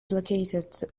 located